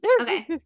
Okay